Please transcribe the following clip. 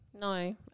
no